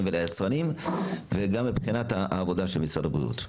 וליצרנים וגם מבחינת העבודה של משרד הבריאות.